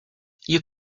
you